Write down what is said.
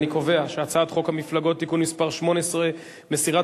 אני קובע שהצעת חוק המפלגות (תיקון מס' 18) מסירת